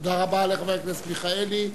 תודה רבה לחבר הכנסת מיכאלי.